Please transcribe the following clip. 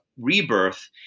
rebirth